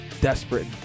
desperate